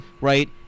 right